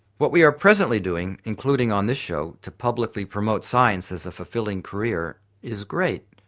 what we are presently doing, including on this show, to publicly promote science as a fulfilling career is great,